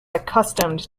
accustomed